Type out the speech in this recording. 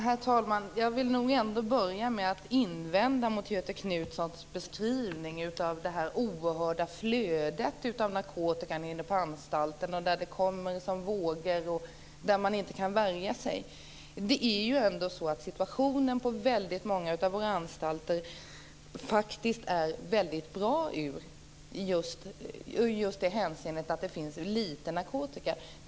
Herr talman! Jag vill börja med att invända mot Göthe Knutsons beskrivning av det oerhörda flödet av narkotika inne på anstalterna där det kommer som vågor och där man inte kan värja sig. Situationen på väldigt många av våra anstalter är faktiskt mycket bra i just det hänseendet att det finns litet narkotika.